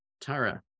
Tara